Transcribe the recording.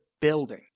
building